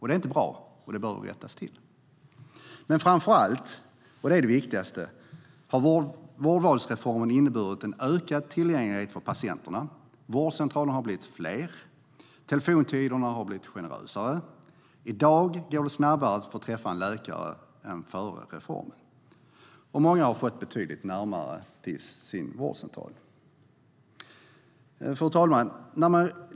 Det är inte bra utan behöver rättas till. Fru talman!